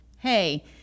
hey